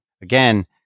Again